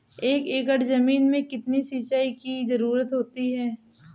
एक एकड़ ज़मीन में कितनी सिंचाई की ज़रुरत होती है?